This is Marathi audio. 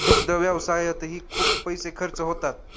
दुग्ध व्यवसायातही खूप पैसे खर्च होतात